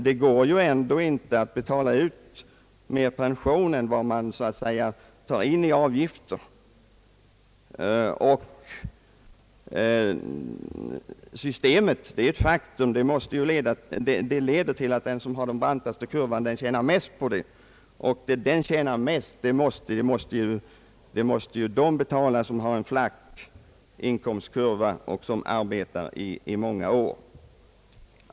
Det går ju ändå inte att betala ut mer pension än vad som tas in i avgifter. Det är ett faktum att detta system måste leda till att de som har den brantaste kurvan tjänar mest, och detta måste betalas av dem som har en flack inkomstkurva och som oftast arbetar i många år.